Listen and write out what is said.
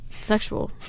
Sexual